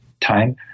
time